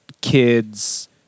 kids